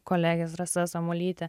kolegės rasa samuolytė